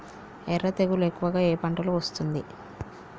ఎర్ర తెగులు ఎక్కువగా ఏ పంటలో వస్తుంది?